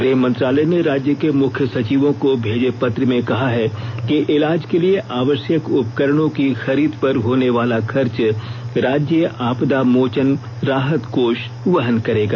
गृह मंत्रालय ने राज्य के मुख्य सचिवों को भेजे पत्र में कहा है कि इलाज के लिए आवश्यक उपकरणों की खरीद पर होने वाला खर्च राज्य आपदा मोचन राहत कोष वहन करेगा